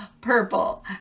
purple